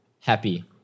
happy